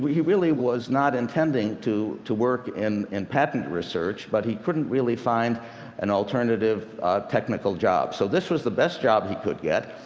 he really was not intending to to work in in patent research, but he couldn't really find an alternative alternative technical job. so this was the best job he could get.